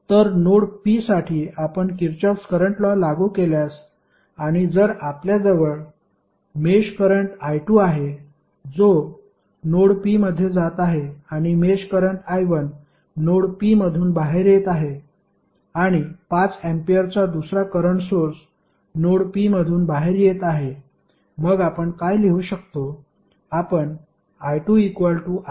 तर node P साठी आपण किरचॉफ करंट लॉ लागू केल्यास आणि जर आपल्याजवळ मेष करंट i2 आहे जो नोड P मध्ये जात आहे आणि mesh current i1 node P मधून बाहेर येत आहे आणि 5 अँपिअरचा दुसरा करंट सोर्स नोड P मधून बाहेर येत आहे मग आपण काय लिहू शकतो